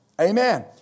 Amen